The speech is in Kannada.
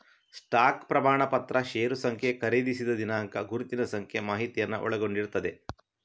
ಸ್ಟಾಕ್ ಪ್ರಮಾಣಪತ್ರ ಷೇರು ಸಂಖ್ಯೆ, ಖರೀದಿಸಿದ ದಿನಾಂಕ, ಗುರುತಿನ ಸಂಖ್ಯೆ ಮಾಹಿತಿಯನ್ನ ಒಳಗೊಂಡಿರ್ತದೆ